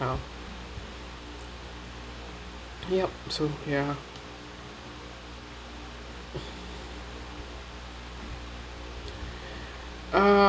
you know yup so ya ah